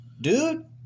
dude